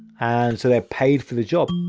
and so they're paid for the job